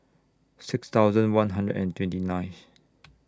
six thousand one hundred and twenty ninth